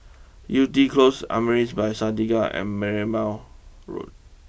Yew Tee close Amaris by Santika and Merlimau Road